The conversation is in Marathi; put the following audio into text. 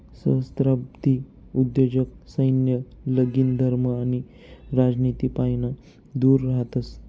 सहस्त्राब्दी उद्योजक सैन्य, लगीन, धर्म आणि राजनितीपाईन दूर रहातस